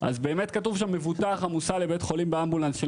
אז באמת כתוב שם שמבוטח המוסע לבית חולים באמבולנס של